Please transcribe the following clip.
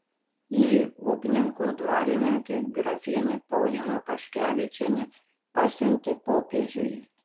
jį upninkų dvarininkė grafienė paulina paškevičienė pasiuntė popiežiui